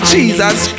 Jesus